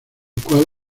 cual